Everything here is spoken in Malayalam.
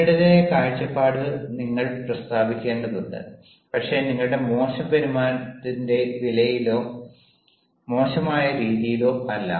നിങ്ങളുടേതായ കാഴ്ചപ്പാട് നിങ്ങൾ പ്രസ്താവിക്കേണ്ടതുണ്ട് പക്ഷേ നിങ്ങളുടെ മോശം പെരുമാറ്റത്തിന്റെ വിലയിലോ മോശമായ രീതിയിലോ അല്ല